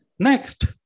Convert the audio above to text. Next